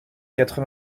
quatre